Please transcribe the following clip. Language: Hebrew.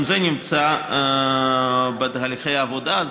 גם זה נמצא בתהליכי עבודה.